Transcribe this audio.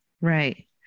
right